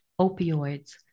opioids